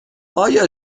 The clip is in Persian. آیا